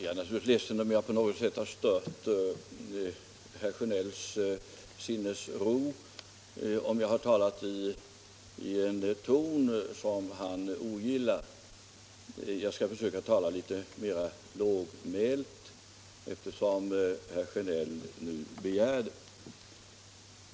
Herr talman! Jag är ledsen om jag på något sätt stört herr Sjönells sinnesro genom att tala i en ton som han ogillar. Jag skall försöka tala litet mera lågmält, eftersom herr Sjönell nu begär det.